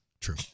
true